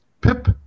pip